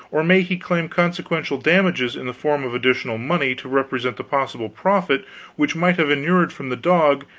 or may he claim consequential damages in the form of additional money to represent the possible profit which might have inured from the dog,